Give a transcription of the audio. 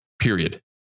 period